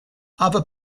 other